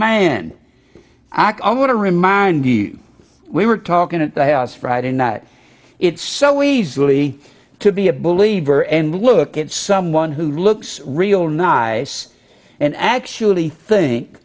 man i want to remind you we were talking at the house friday night it's so easily to be a believer and look at someone who looks real not and actually think